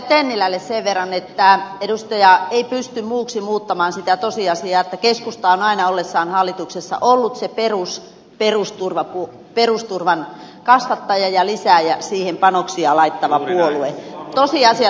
tennilälle sen verran että edustaja ei pysty muuksi muuttamaan sitä tosiasiaa että keskusta on aina ollessaan hallituksessa ollut se perusturvan kasvattaja ja lisääjä siihen panoksia laittava puolue